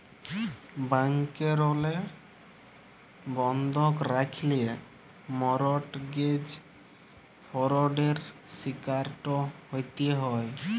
ব্যাংকেরলে বন্ধক রাখল্যে মরটগেজ ফরডের শিকারট হ্যতে হ্যয়